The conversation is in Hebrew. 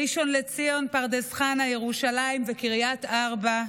ראשון לציון, פרדס חנה, ירושלים וקריית ארבע,